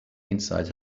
inside